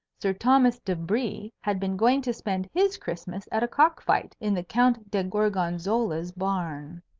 sir thomas de brie had been going to spend his christmas at a cock-fight in the count de gorgonzola's barn.